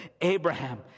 Abraham